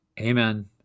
Amen